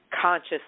conscious